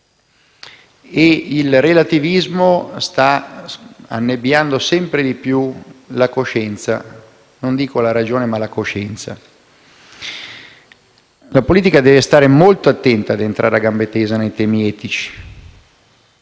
Il relativismo sta annebbiando sempre più non dico la ragione ma la coscienza. La politica deve stare molto attenta ad entrare a gamba tesa nei temi etici.